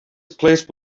place